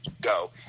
go